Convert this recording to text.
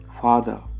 Father